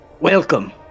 Welcome